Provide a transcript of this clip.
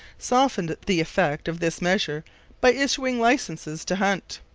softened the effect of this measure by issuing licences to hunt.